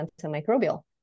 antimicrobial